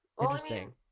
Interesting